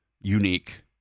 unique